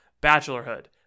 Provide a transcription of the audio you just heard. Bachelorhood